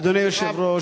אדוני היושב-ראש,